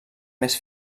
més